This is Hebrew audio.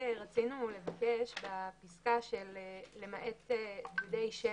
רצינו לבקש בפסקה של למעט דודי שמש,